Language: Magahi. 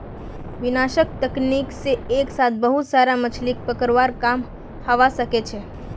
विनाशक तकनीक से एक साथ बहुत सारा मछलि पकड़वार काम हवा सके छे